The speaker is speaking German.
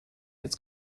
jetzt